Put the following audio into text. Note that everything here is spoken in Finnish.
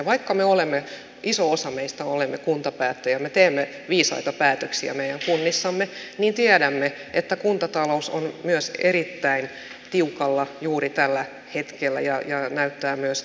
vaikka iso osa meistä on kuntapäättäjiä me teemme viisaita päätöksiä meidän kunnissamme niin tiedämme että kuntatalous on myös erittäin tiukalla juuri tällä hetkellä ja näyttää myös tiukentuvan